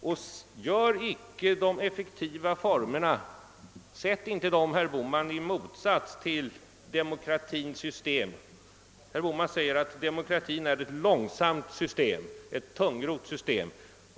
Sätt icke kravet på effektiva former i ett motsatsförhållande till demokratin! Herr Bohman säger att demokratin är ett långsamt och tungrott system.